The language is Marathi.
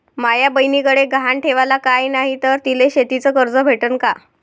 माया बयनीकडे गहान ठेवाला काय नाही तर तिले शेतीच कर्ज भेटन का?